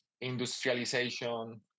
industrialization